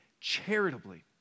charitably